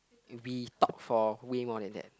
we talk for way more than that